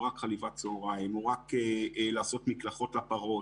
רק חליבת צוהריים או רק לעשות מקלחות לפרות